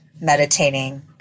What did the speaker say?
meditating